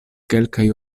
kelkaj